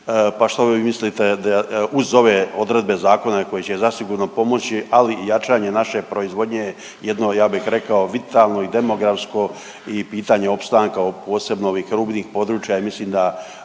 pa što vi mislite uz ove odredbe zakona koje će zasigurno pomoći, ali i jačanje naše proizvodnje jedno je ja bih rekao vitalno i demografsko i pitanje opstanka, posebno ovih rubnih područja i mislim da